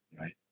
right